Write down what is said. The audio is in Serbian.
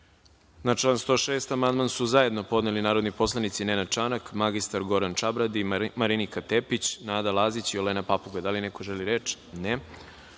član 106. amandman su zajedno podneli narodni poslanici Nenad Čanak, mr Goran Čabradi, Marinika Tepić, Nada Lazić i Olena Papuga. Da li neko želi reč?